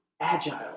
agile